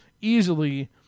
easily